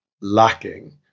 lacking